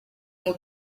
muri